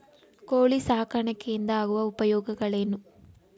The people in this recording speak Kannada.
ಕೋಳಿ ಸಾಕಾಣಿಕೆಯಿಂದ ಆಗುವ ಉಪಯೋಗಗಳೇನು?